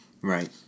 right